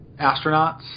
Astronauts